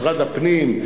משרד הפנים.